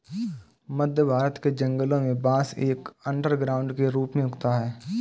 मध्य भारत के जंगलों में बांस एक अंडरग्राउंड के रूप में उगता है